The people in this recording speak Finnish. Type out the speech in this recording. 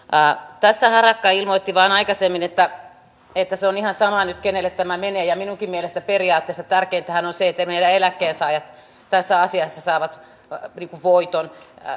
ja tässä harakka ilmoitti vain aikaisemmin että ei tässä on ihan sama kenelle tämä vene ja nuutinen että periaatteessa tärkeitä hän on silti vielä eläkkeensaajat tässä asiassa saavat voiton hän